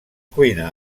cuina